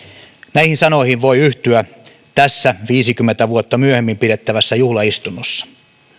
näihin sanoihin voi yhtyä tässä viisikymmentä vuotta myöhemmin pidettävässä juhlaistunnossa